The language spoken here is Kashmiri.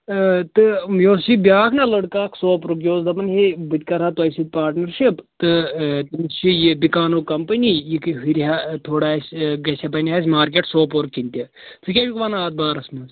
تہٕ تہٕ مےٚ اوس یہِ بیٛاکھ نا لٔڑکہٕ اَکھ سُہ یہِ اوس دَپان ہے بہٕ تہِ کَرٕ ہا تۄہہِ سۭتۍ پاٹنَرشِپ تہٕ تٔمِس چھِ یہِ بِکانو کَمپٔنی یہِ تہِ ہُرِہَے تھوڑا اَسہِ گژھِ بَنہِ اَسہِ مارکیٹ سوپور کِنۍ تہِ ژٕ کیٛاہ چھُکھ وَنان اَتھ بارَس منٛز